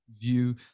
view